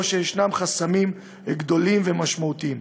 או שישנם חסמים גדולים ומשמעותיים.